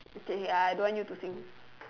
okay I I don't want you to sing